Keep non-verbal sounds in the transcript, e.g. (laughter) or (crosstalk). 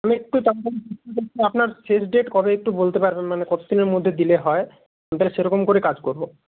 আমি একটু (unintelligible) আপনার শেষ ডেট কবে একটু বলতে পারবেন মানে কত দিনের মধ্যে দিলে হয় আমি তাহলে সেরকম করে কাজ করব